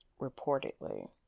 Reportedly